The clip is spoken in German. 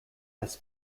das